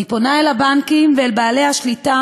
אני פונה אל הבנקים ואל בעלי השליטה